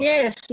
Yes